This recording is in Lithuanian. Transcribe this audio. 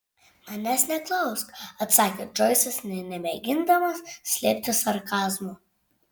manęs neklausk atsakė džoisas nė nemėgindamas slėpti sarkazmo